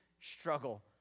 struggle